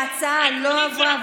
ההצעה לא עברה.